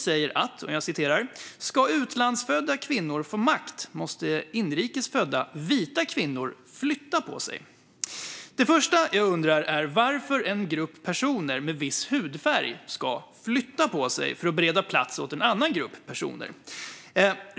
Hon sa: Ska utlandsfödda kvinnor få makt måste inrikes födda vita kvinnor flytta på sig. Det första jag undrar är varför en grupp personer med en viss hudfärg ska flytta på sig för att bereda plats åt en annan grupp personer.